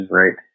right